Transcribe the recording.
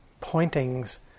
pointings